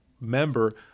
member